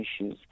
issues